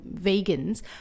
vegans